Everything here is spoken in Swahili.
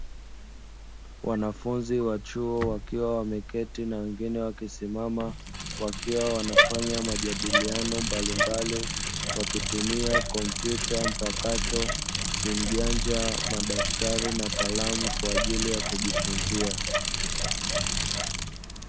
Wanafunzi wa chuo wakiwa wameketi na wengine wakisimama wakiwa wanafanya majadiliano mbalimbali wakitumia kompyuta mpakato, simu janja, madaftari na kalamu kwaajili ya kujifunzia.